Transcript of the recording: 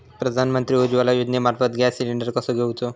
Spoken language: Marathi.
प्रधानमंत्री उज्वला योजनेमार्फत गॅस सिलिंडर कसो घेऊचो?